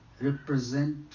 represent